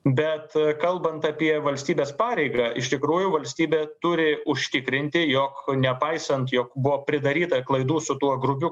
bet kalbant apie valstybės pareigą iš tikrųjų valstybė turi užtikrinti jog nepaisant jog buvo pridaryta klaidų su tuo grubiu